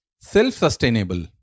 self-sustainable